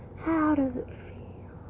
how does it feel